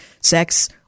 sex